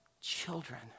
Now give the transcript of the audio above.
children